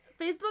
Facebook